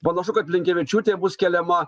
panašu kad blinkevičiūtė bus keliama